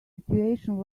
situation